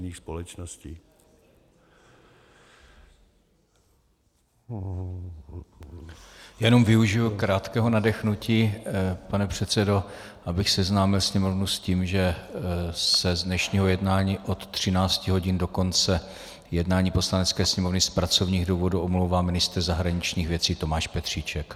Já jenom využiji krátkého nadechnutí, pane předsedo, abych seznámil Sněmovnu s tím, že se z dnešního jednání od 13 hodin do konce jednání Poslanecké sněmovny se z pracovních důvodů omlouvá ministr zahraničních věcí Tomáš Petříček.